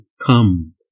come